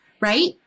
right